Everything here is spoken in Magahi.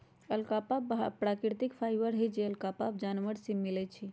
अल्पाका प्राकृतिक फाइबर हई जे अल्पाका जानवर से मिलय छइ